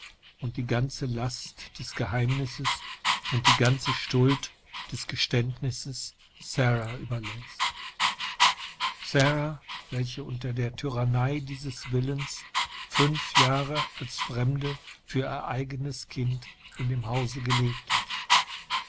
und die ganze last des geheimnisses und die ganze schuld des geständnisses sara überläßt sara welche unter der tyrannei dieses willens fünf lange jahre als fremde für ihr eigenes kind in demhausegelebthat